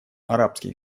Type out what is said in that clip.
арабские